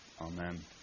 Amen